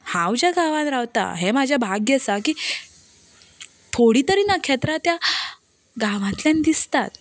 हांव ज्या गांवांत रावतां हें म्हजें भाग्य आसा की थोडीं तरी नखेत्रां त्या गांवांतल्यान दिसतात